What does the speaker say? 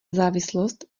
závislost